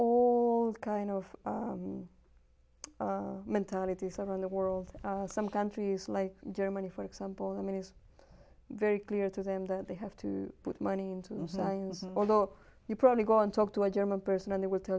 all kinds of mentalities over in the world some countries like germany for example i mean it's very clear to them that they have to put money into although you probably go and talk to a german person and they would tell